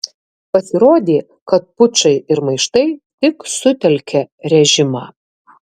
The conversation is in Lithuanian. pasirodė kad pučai ir maištai tik sutelkia režimą